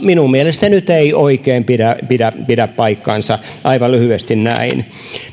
minun mielestäni ei nyt oikein pidä pidä paikkaansa aivan lyhyesti näin